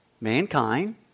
mankind